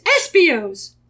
espios